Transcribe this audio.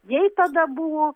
jai tada buvo